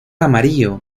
amarillo